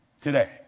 Today